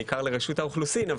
זה לרשות האוכלוסין,